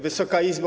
Wysoka Izbo!